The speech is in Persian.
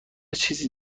چیزی